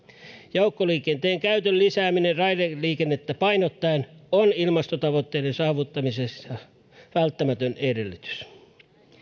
joukkoliikenteen käytön lisääminen raideliikennettä painottaen on ilmastotavoitteiden saavuttamisen välttämätön edellytys